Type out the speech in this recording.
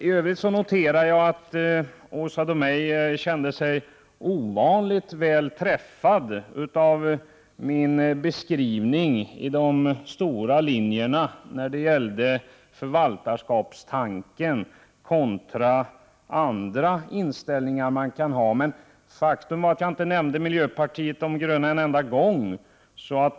I övrigt noterar jag att Åsa Domeij kände sig ovanligt väl träffad av min beskrivning av de stora linjerna när det gällde förvaltarskapstanken kontra andra inställningar som man kan ha. Faktum är att jag inte nämnde miljöpartiet de gröna en enda gång.